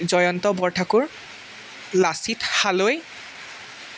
Jayanta Borthakur Lachit Haloi